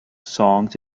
songs